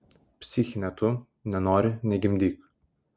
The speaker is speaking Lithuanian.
psichine tu nenori negimdyk